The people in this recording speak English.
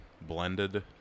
blended